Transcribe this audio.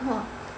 !huh!